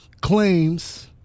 claims